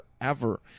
forever